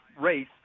race